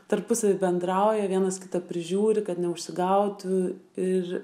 tarpusavy bendrauja vienas kitą prižiūri kad neužsigautų ir